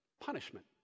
Punishment